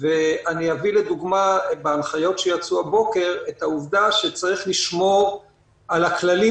ואני אביא לדוגמה מההנחיות שיצאו הבוקר את העובדה שצריך לשמור על הכללים